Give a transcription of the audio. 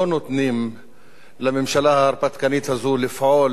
נותנים לממשלה ההרפתקנית הזאת לפעול